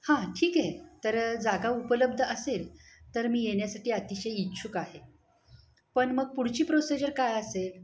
हां ठीक आहे तर जागा उपलब्ध असेल तर मी येण्यासाठी अतिशय इच्छुक आहे पण मग पुढची प्रोसिजर काय असेल